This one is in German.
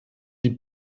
die